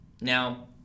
now